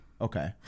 Okay